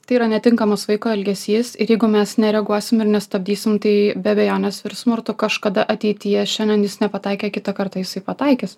tai yra netinkamas vaiko elgesys ir jeigu mes nereaguosim ir nestabdysim tai be abejonės virs smurtu kažkada ateityje šiandien jis nepataikė kitą kartą jisai pataikys